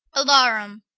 alarum.